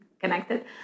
connected